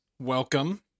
Welcome